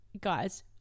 Guys